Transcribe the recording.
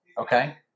Okay